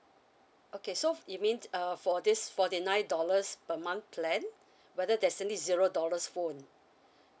okay so you means uh for this forty nine dollars per month plan whether there's any zero dollars phone